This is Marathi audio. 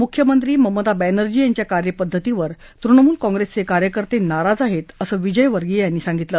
मुख्यमंत्री ममता बॅनर्जी यांच्या कार्यपद्धतीवर तृणमूल काँप्रेसचे कार्यकर्ते नाराज आहेत असं विजयवर्गिय यांनी सांगितलं